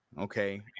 okay